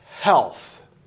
health